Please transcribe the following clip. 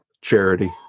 charity